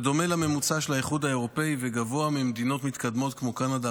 זה דומה לממוצע של האיחוד האירופי וגבוה ממדינות מתקדמות כמו קנדה,